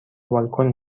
بالکن